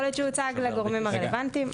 יכול להיות שהוא הוצג לגורמים הרלוונטיים.